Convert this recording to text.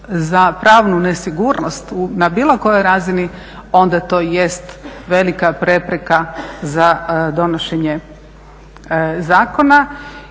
za pravnu nesigurnost na bilo kojoj razini onda to jest velika prepreka za donošenje zakona.